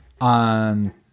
on